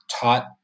taught